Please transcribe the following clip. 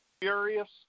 Furious